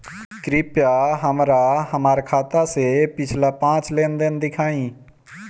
कृपया हमरा हमार खाते से पिछले पांच लेन देन दिखाइ